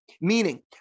Meaning